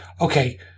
okay